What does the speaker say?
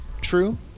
True